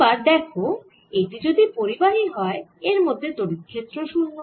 এবার দেখো এটি যদি পরিবাহী হয় এর মধ্যে তড়িৎ ক্ষেত্র 0